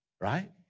right